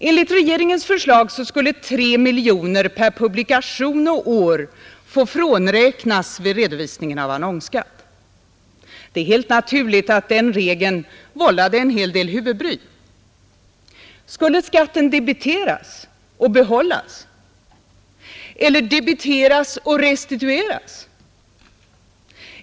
Enligt regeringens förslag skulle 3 miljoner per publikation och år få frånräknas vid redovisningen av annonsskatt. Det är helt naturligt att den regeln vållade en hel del huvudbry. Skulle skatten debiteras och behållas eller debiteras och restitueras?